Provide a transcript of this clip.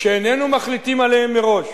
שאיננו מחליטים עליהן מראש.